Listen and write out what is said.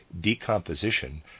decomposition